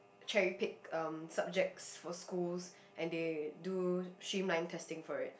cherry pick um subjects for schools and they do streamline testing for it